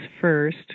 first